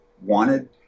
wanted